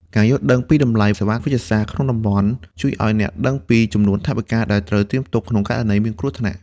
ការយល់ដឹងពីតម្លៃសេវាវេជ្ជសាស្ត្រក្នុងតំបន់ ជួយឱ្យអ្នកដឹងពីចំនួនថវិកាដែលត្រូវត្រៀមទុកក្នុងករណីមានគ្រោះថ្នាក់។